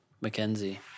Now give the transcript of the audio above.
Mackenzie